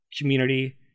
community